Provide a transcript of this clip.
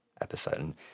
episode